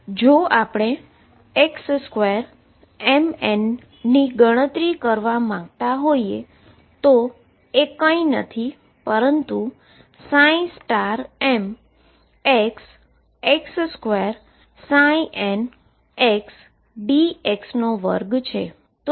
તેથી જો આપણે xmn2 ની ગણતરી કરવા માંગતા હોઈએ તો આ કંઈ નથી પરંતુ mxx2ndx નો વર્ગ છે